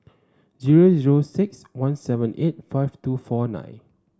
zero zero six one seven eight five two four nine